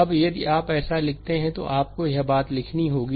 अब यदि आप ऐसा लिखते हैं तो आपको यह बात लिखनी होगी